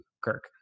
Kirk